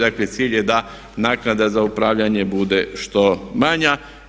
Dakle, cilj je da naknada za upravljanje bude što manja.